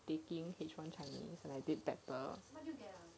taking H one chinese and I did better